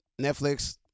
Netflix